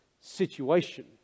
situation